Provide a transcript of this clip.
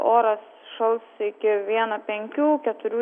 oras šals iki vieno penkių keturių